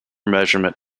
measurement